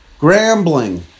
Grambling